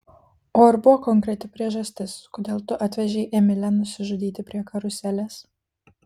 o ar buvo konkreti priežastis kodėl tu atvežei emilę nusižudyti prie karuselės